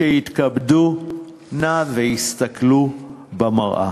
שיתכבדו נא ויסתכלו במראה.